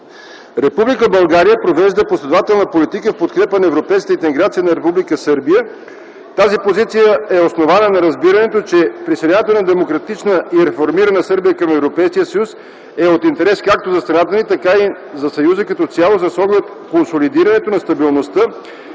провежда последователна политика в подкрепа на европейската интеграция на Република Сърбия. Тази позиция е основана на разбирането, че присъединяването на демократична и реформирана Сърбия към Европейския съюз е от интерес както за страната ни, така и за Съюза като цяло с оглед консолидирането на стабилността